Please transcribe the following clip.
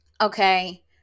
okay